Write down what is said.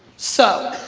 so